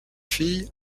fille